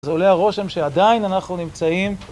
זה עולה הרושם שעדיין אנחנו נמצאים.